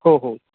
हो हो